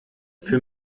für